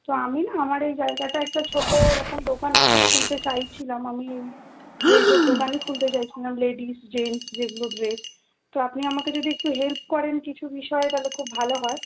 তো আমি না আমার এই জায়গাটায় একটা ছোটো এরকম দোকান একটা খুলতে চাইছিলাম আমি ড্রেসের দোকানই খুলতে চাইছিলাম লেডিস জেন্টস যেগুলো ড্রেস তো আপনি আমাকে যদি একটু হেল্প করেন কিছু বিষয়ে তাহলে খুব ভালো হয়